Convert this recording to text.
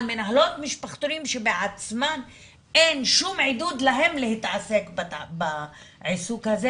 על מנהלות משפחתונים שבעצמן אין שום עידוד להן להתעסק בעיסוק הזה,